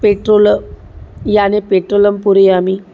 petrol याने पेट्रोलं पूरयामि